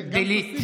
אז Delete.